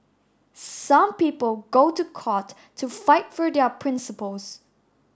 some people go to court to fight for their principles